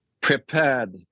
prepared